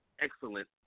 excellent